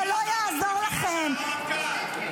זה לא יעזור לכם ------ לא שמענו --- על החקירה של הרמטכ"ל.